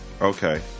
okay